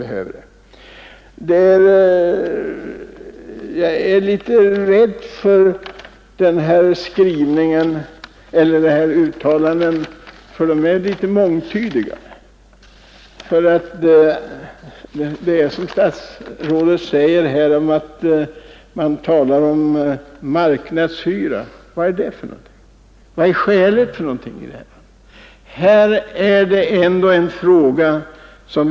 Jag är litet rädd för de uttalanden som görs, för de är litet mångtydiga. Som statsrådet säger talar man om marknadspris. Vad är det? Vad är skäligt i detta sammanhang?